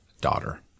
daughter